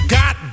got